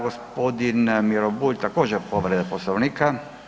Gospodin Miro Bulj, također povreda Poslovnika.